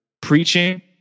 preaching